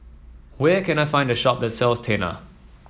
where can I find a shop that sells Tena